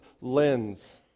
lens